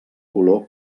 color